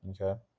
Okay